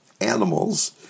animals